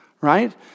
right